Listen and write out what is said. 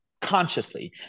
consciously